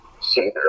see